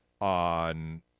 on